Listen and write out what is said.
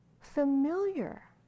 familiar